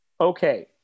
Okay